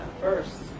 first